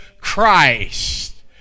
Christ